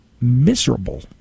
miserable